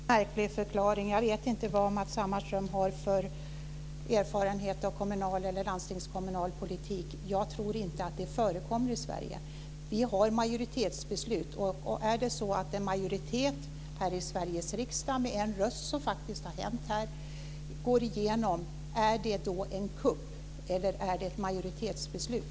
Fru talman! Det tycker jag var en märklig förklaring. Jag vet inte vad Matz Hammarström har för erfarenhet av kommunal eller landstingskommunal politik. Jag tror inte att sådant förekommer i Sverige. Vi har majoritetsbeslut. Är det så att en majoritet med en rösts övervikt i Sveriges riksdag får igenom ett beslut, vilket faktiskt har hänt, är det då en kupp eller är det ett majoritetsbeslut?